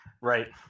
Right